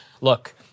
look